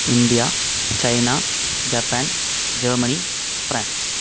India China Japan Germany France